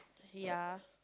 ya